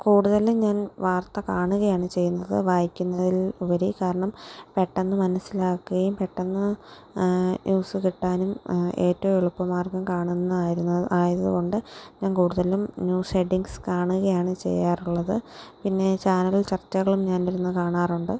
കൂടുതലും ഞാൻ വാർത്ത കാണുകയാണ് ചെയ്യുന്നത് വായിക്കുന്നതിൽ ഉപരി കാരണം പെട്ടെന്ന് മനസിലാക്കുകയും പെട്ടെന്ന് ന്യൂസ് കിട്ടാനും ഏറ്റവും എളുപ്പമാർഗം കാണുന്നത് ആയിരുന്ന ആയതുകൊണ്ട് ഞാൻ കൂടുതലും ന്യൂസ് ഹെഡിങ്സ് കാണുകയാണ് ചെയ്യാറുള്ളത് പിന്നെ ചാനൽ ചർച്ചകളും ഞാൻ ഇരുന്നു കാണാറുണ്ട്